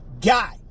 guy